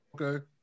Okay